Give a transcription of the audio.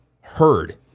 heard